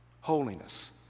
Holiness